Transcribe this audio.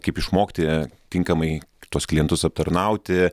kaip išmokti tinkamai tuos klientus aptarnauti